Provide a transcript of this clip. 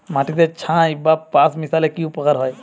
মাটিতে ছাই বা পাঁশ মিশালে কি উপকার হয়?